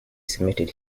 submitted